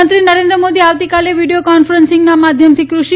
પ્રધાનમંત્રી નરેન્દ્ર મોદી આવતીકાલે વીડીયો કોન્ફરન્સના માધ્યમથી કૃષિ